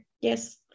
yes